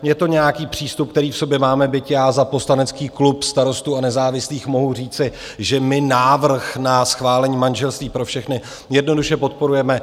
Je to nějaký přístup, který v sobě máme, byť já za poslanecký klub Starostů a nezávislých mohu říci, že my návrh na schválení manželství pro všechny jednoduše podporujeme.